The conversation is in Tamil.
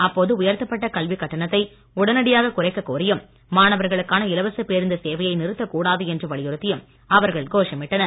அப்போது உயர்த்தப்பட்ட கல்வி கட்டணத்தை உடனடியாக குறைக்க கோரியும் மாணவர்களுக்கான இலவச பேருந்து சேவையை நிறுத்தக் கூடாது என்று வலியுறுத்தியும் அவர்கள் கோஷமிட்டனர்